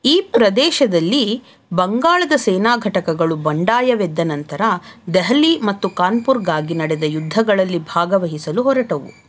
ಈ ಪ್ರದೇಶದಲ್ಲಿ ಬಂಗಾಳದ ಸೇನಾ ಘಟಕಗಳು ಬಂಡಾಯವೆದ್ದ ನಂತರ ದೆಹಲಿ ಮತ್ತು ಕಾನ್ಪುರ್ಗಾಗಿ ನಡೆದ ಯುದ್ಧಗಳಲ್ಲಿ ಭಾಗವಹಿಸಲು ಹೊರಟವು